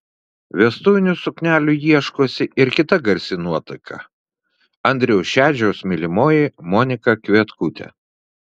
vestuvinių suknelių ieškosi ir kita garsi nuotaka andriaus šedžiaus mylimoji monika kvietkutė